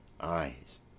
Eyes